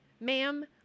Ma'am